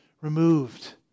removed